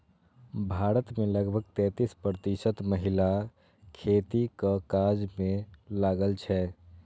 भारत मे लगभग तैंतीस प्रतिशत महिला खेतीक काज मे लागल छै